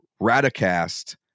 Radicast